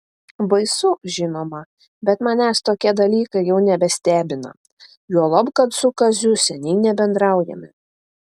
baisu žinoma bet manęs tokie dalykai jau nebestebina juolab kad su kaziu seniai nebendraujame